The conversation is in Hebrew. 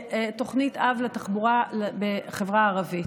תוכנית אב לתחבורה בחברה הערבית.